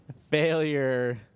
failure